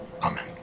amen